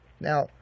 Now